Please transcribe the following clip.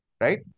right